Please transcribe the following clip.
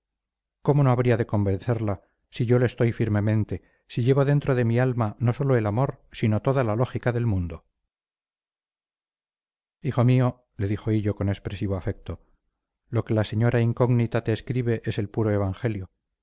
cómo no había de convencerla si yo lo estoy firmemente si llevo dentro de mi alma no sólo todo el amor sino toda la lógica del mundo hijo mío le dijo hillo con expresivo afecto lo que la señora incógnita te escribe es el puro evangelio